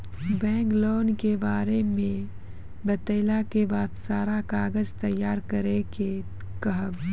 Bank loan के बारे मे बतेला के बाद सारा कागज तैयार करे के कहब?